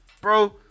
bro